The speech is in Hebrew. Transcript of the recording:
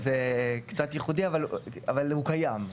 זה קצת ייחודי אבל הוא קיים.